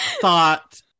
thought